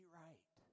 right